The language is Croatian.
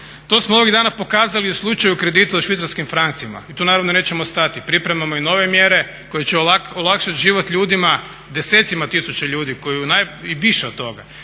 To smo ovih dana pokazali i u slučaju kredita u švicarskim francima i tu naravno nećemo stati. Pripremamo i nove mjere koje će olakšat život ljudima, desecima tisuća ljudi i više od toga